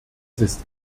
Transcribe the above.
ist